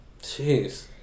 Jeez